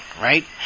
right